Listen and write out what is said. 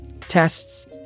tests